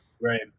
Right